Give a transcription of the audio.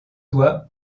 soies